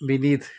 Vineeth